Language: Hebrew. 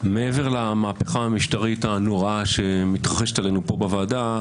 מעבר למהפכה המשטרית הנוראה שמתרחשת עלינו כאן בוועדה,